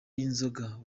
y’inzoga